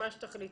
מה שתחליטו.